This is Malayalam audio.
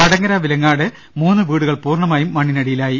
വടകര വിലങ്ങാട് മൂന്നുവീടുകൾ പൂർണ്ണമായും മണ്ണിനടി യിലായി